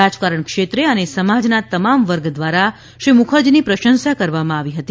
રાજકારણ ક્ષેત્રે અને સમાજના તમામ વર્ગ દ્વારા શ્રી મુકરજીની પ્રશંસા કરવામાં આવી હતી